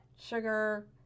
sugar